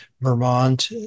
Vermont